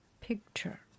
picture